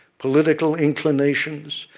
political inclinations,